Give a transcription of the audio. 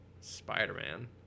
Spider-Man